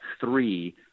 three